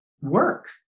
work